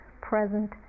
present